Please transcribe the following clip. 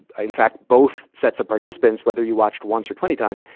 ah in fact, both sets of participants, whether you watched once or twenty times,